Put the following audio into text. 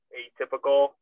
atypical